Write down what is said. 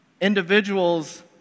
individuals